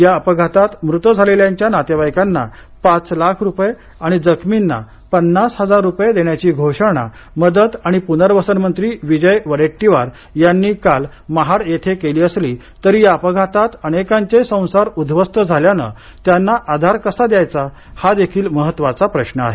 या अपघातात मृत झालेल्यांच्या नातेवाईकांना पाच लाख रूपये आणि जखमींना पन्नास हजार रूपये देण्याची घोषणा मदत आणि पुनर्वसन मंत्री विजय वडेट्टीवार यांनी काल महाड येथे केली असली तरी या अपघातात अनेकांचे संसार उध्दवस्त झाल्याने त्यांना आधार कसा द्यायचा हा देखील महत्वाचा प्रश्न आहे